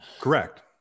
Correct